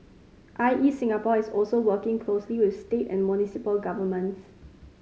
I E Singapore is also working closely with state and municipal governments